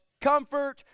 comfort